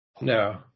No